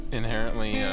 ...inherently